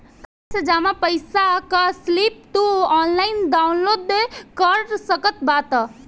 खाता से जमा पईसा कअ स्लिप तू ऑनलाइन डाउन लोड कर सकत बाटअ